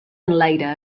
enlaire